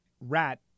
rat